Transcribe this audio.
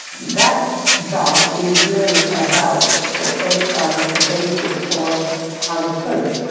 that job is really about safeguarding the basis for our food,